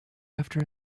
after